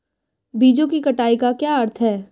बीजों की कटाई का क्या अर्थ है?